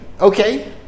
Okay